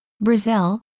Brazil